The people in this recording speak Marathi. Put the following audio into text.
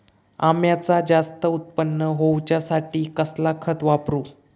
अम्याचा जास्त उत्पन्न होवचासाठी कसला खत वापरू?